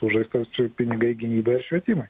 sužaistas čia pinigai gynyba ir švietimai